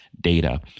data